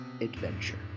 adventure